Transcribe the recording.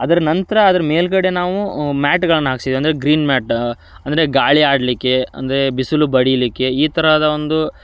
ಅದ್ರ ನಂತರ ಅದ್ರ ಮೇಲುಗಡೆ ನಾವು ಮ್ಯಾಟ್ಗಳನ್ನು ಹಾಕ್ಸಿದ್ದೀವಿ ಅಂದರೆ ಗ್ರೀನ್ ಮ್ಯಾಟ್ ಅಂದರೆ ಗಾಳಿ ಆಡಲಿಕ್ಕೆ ಅಂದರೆ ಬಿಸಿಲು ಬಡಿಲಿಕ್ಕೆ ಈ ತರಹದ ಒಂದು